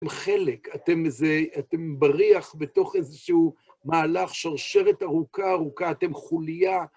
אתם חלק, אתם בריח בתוך איזשהו מהלך שרשרת ארוכה ארוכה, אתם חולייה.